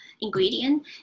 ingredient